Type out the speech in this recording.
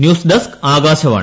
news desk Akashvani